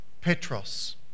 Petros